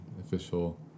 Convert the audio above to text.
official